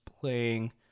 playing